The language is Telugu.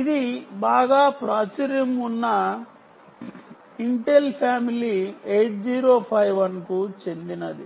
ఇది బాగా ప్రాచుర్యం ఉన్న ఇంటెల్ ఫ్యామిలీ 8051 కు చెందినది